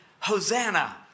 Hosanna